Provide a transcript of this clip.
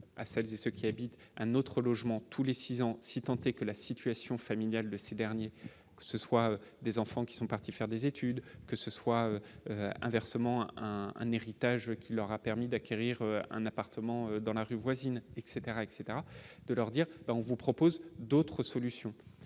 à celles et ceux qui habitent un autre logement tous les 6 ans si tant est que la situation familiale de ces derniers, que ce soit des enfants qui sont partis faire des études, que ce soit, inversement, un héritage qui leur a permis d'acquérir un appartement dans la rue voisine etc etc, de leur dire : on vous propose d'autres solutions et